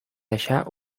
deixar